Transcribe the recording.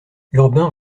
urbain